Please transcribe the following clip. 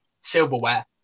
silverware